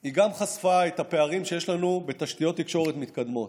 היא גם חשפה את הפערים שיש לנו בתשתיות תקשורת מתקדמות.